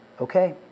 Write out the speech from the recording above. okay